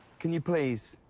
can you please,